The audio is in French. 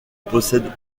possède